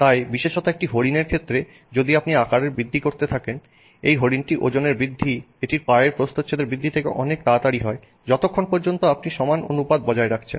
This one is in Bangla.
তাই বিশেষত একটি হরিণের ক্ষেত্রে যদি আপনি আকারের বৃদ্ধি করতে থাকে এই হরিণটির ওজনের বৃদ্ধি এটির পায়ের প্রস্থচ্ছেদের বৃদ্ধি থেকে অনেক তাড়াতাড়ি হয় যতক্ষণ পর্যন্ত আপনি সমান অনুপাত বজায় রাখছেন